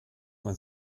man